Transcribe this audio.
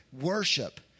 worship